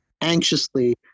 anxiously